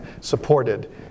supported